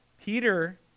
Peter